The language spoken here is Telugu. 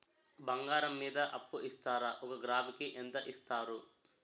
బంగారం మీద అప్పు ఇస్తారా? ఒక గ్రాము కి ఎంత ఇస్తారు?